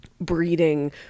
breeding